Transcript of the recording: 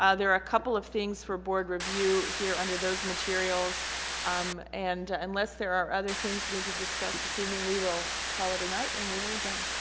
a couple of things for board review here under those materials and unless there are other things we need to discuss this evening we will call it a night and we will adjourn.